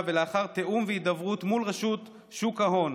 ולאחר תיאום והידברות מול רשות שוק ההון.